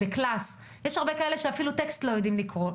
יש הרבה כאלה שאפילו טקסט לא יודעים לקרוא.